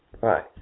Right